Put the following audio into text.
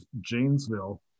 Janesville